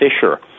Fisher